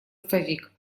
старик